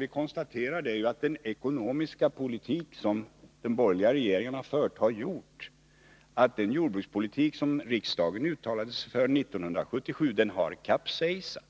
Vi konstaterar att den ekonomiska politik som de borgerliga regeringarna fört har inneburit att den jordbrukspolitik som riksdagen uttalade sig för 1977 kapsejsat,